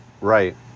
right